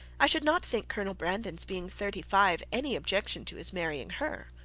i should not think colonel brandon's being thirty-five any objection to his marrying her.